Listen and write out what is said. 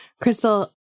Crystal